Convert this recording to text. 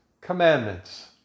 commandments